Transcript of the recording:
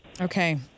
Okay